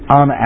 on